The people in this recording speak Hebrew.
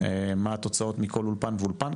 מה התוצאות מכל אולפן ואולפן,